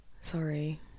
sorry